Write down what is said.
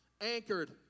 anchored